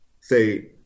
say